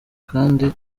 kandi